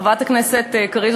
חברת הכנסת קריב,